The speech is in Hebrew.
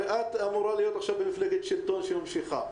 הרי את אמורה להיות עכשיו במפלגת שלטון שממשיכה.